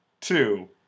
two